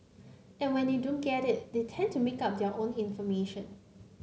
and when they don't get it they tend to make up their own information